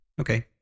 Okay